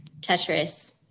Tetris